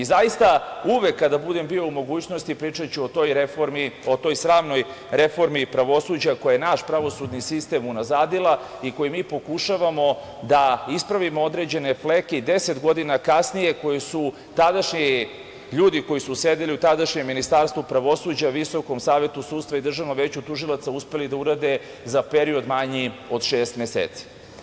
Zaista, uvek kada budem bio u mogućnosti, pričaću o toj reformi, o toj sramnoj reformi pravosuđa, koja je naš pravosudni sistem unazadila i koji mi pokušavamo da ispravimo, određene fleke, i deset godina kasnije koje su tadašnji ljudi koji su sedeli u tadašnjem Ministarstvu pravosuđa, VSS i DVT uspeli da urade za period manji od šest meseci.